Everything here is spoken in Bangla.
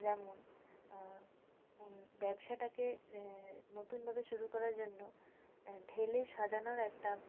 যেমন ব্যবসাটাকে নতুনভাবে শুরু করার জন্য ঢেলে সাজানোর একটা